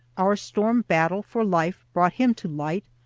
our storm-battle for life brought him to light,